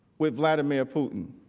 with vladimir putin.